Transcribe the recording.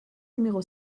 numéro